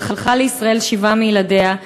שלחה לישראל שבעה מילדיה,